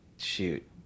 Shoot